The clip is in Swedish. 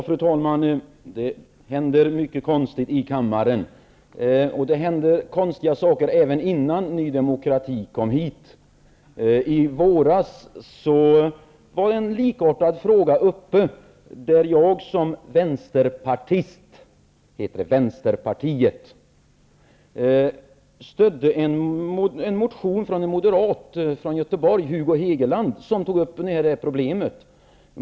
Fru talman! Det händer mycket konstigt i kammaren. Det hände konstiga saker även innan Ny demokrati kom hit. I våras var en likartad fråga uppe där jag som vänsterpartist -- det heter Hegeland, som tog upp det här problemet.